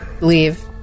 leave